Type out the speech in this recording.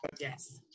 yes